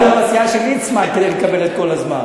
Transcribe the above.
אתה צריך להיות בסיעה של ליצמן כדי לקבל את כל הזמן.